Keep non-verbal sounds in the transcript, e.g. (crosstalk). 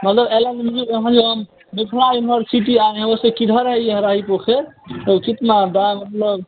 मतलब (unintelligible) हम मथुरा यूनिवर्सिटी आए हैं उससे कहाँ है ये हराही पोखर